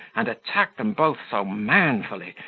and attacked them both so manfully,